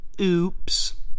Oops